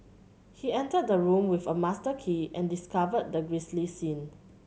he entered the room with a master key and discovered the grisly scene